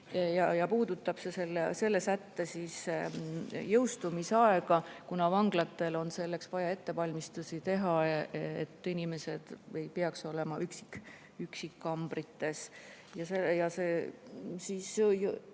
See puudutab selle sätte jõustumise aega, kuna vanglatel on selleks vaja ettevalmistusi teha, et inimesed ei peaks olema üksikkambrites. Selle punkti